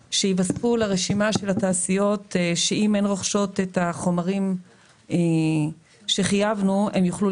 על כל מיני סוגיות ועל מס עודף על חומרים שאינם יכולים